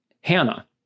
Hannah